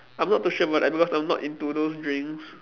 I'm not too sure about that because I'm not into those drinks